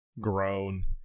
grown